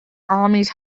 armies